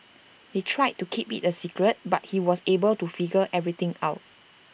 they tried to keep IT A secret but he was able to figure everything out